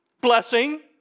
Blessing